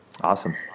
Awesome